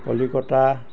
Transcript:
Kolkata